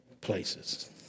places